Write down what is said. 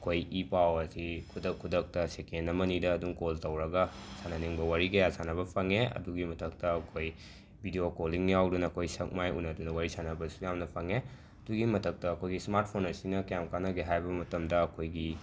ꯑꯩꯈꯣꯏ ꯏ ꯄꯥꯎ ꯑꯁꯤ ꯈꯨꯗꯛ ꯈꯨꯗꯛꯇ ꯁꯦꯀꯦꯟ ꯑꯃꯅꯤꯗ ꯑꯗꯨꯝ ꯀꯣꯜ ꯇꯧꯔꯒ ꯁꯥꯅꯅꯤꯡꯕ ꯋꯥꯔꯤ ꯀꯌꯥ ꯁꯥꯅꯕ ꯐꯪꯉꯦ ꯑꯗꯨꯒꯤ ꯃꯊꯛꯇ ꯑꯩꯈꯣꯏ ꯕꯤꯗ꯭ꯌꯣ ꯀꯣꯂꯤꯡ ꯌꯥꯎꯗꯅ ꯑꯩꯈꯣꯏ ꯁꯛ ꯃꯥꯏ ꯎꯅꯗꯅ ꯋꯥꯔꯤ ꯁꯥꯅꯕꯁꯨ ꯌꯥꯝꯅ ꯐꯪꯉꯦ ꯑꯗꯨꯒꯤ ꯃꯊꯛꯇ ꯑꯩꯈꯣꯏꯒꯤ ꯁ꯭ꯃꯥꯠꯐꯣꯟ ꯑꯁꯤꯅ ꯀ꯭ꯌꯥꯝ ꯀꯥꯟꯅꯒꯦ ꯍꯥꯏꯕ ꯃꯇꯝꯗ ꯑꯩꯈꯣꯏꯒꯤ